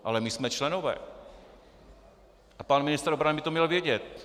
Ale my jsme členové a pan ministr obrany by to měl vědět.